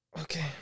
Okay